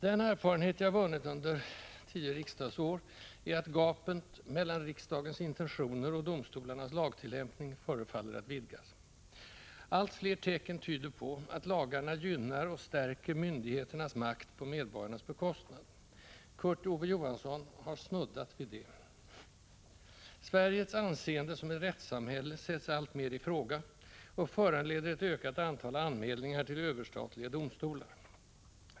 Den erfarenhet jag vunnit under tio riksdagsår är att gapet mellan riksdagens intentioner och domstolarnas lagtillämpning förefaller att vidgas. Allt fler tecken tyder på att lagarna gynnar och stärker myndigheternas makt på medborgarnas bekostnad. Kurt Ove Johansson har snuddat vid detta. Sveriges anseende som ett rättssamhälle sätts alltmera i fråga och föranleder ett ökat antal anmälningar till överstatliga domstolar.